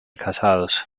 casados